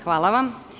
Hvala vam.